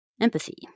empathy